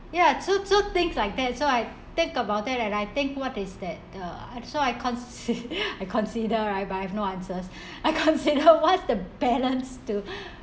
ya so so things like that so I think about it and I think what is that the so I con~ I consider right but I have no answers I consider what's the balance to